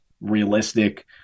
realistic